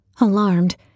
Alarmed